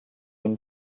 une